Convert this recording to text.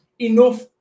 Enough